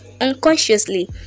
unconsciously